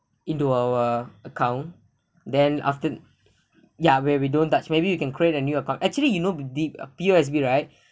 into our account then after ya where we don't touch maybe you can create a new account actually you know D P_O_S_B right